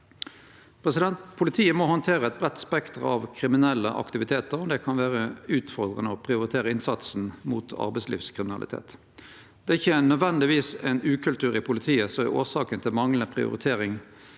Politiet må handtere eit breitt spekter av kriminelle aktivitetar, og det kan vere utfordrande å prioritere inn satsen mot arbeidslivskriminalitet. Det er ikkje nødvendigvis ein ukultur i politiet som er årsaka til manglande prioritering